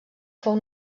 fou